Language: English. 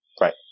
Right